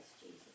Jesus